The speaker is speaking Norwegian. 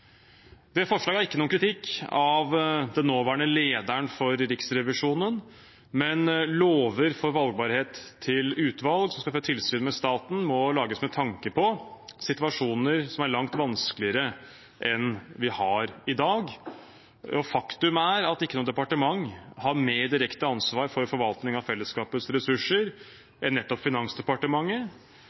forslaget er ikke noen kritikk av den nåværende lederen av Riksrevisjonen, men lover for valgbarhet til utvalg som skal ha tilsyn med staten, må lages med tanke på situasjoner som er langt vanskeligere enn dem vi har i dag. Faktum er at ikke noe departement har større direkte ansvar for forvaltning av fellesskapets ressurser enn nettopp Finansdepartementet.